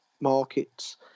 markets